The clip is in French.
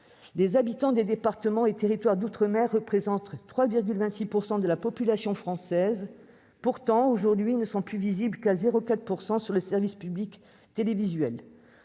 Les habitants des départements et territoires d'outre-mer représentent 3,26 % de la population française. Pourtant, aujourd'hui, ils ne sont plus visibles qu'à 0,4 % sur le service public télévisuel.